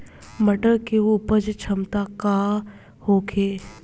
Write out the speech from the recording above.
मटर के उपज क्षमता का होखे?